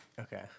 Okay